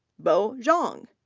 bo zhang,